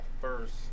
first